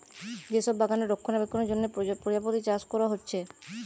যে সব বাগানে রক্ষণাবেক্ষণের জন্যে প্রজাপতি চাষ কোরা হচ্ছে